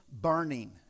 burning